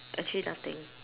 actually nothing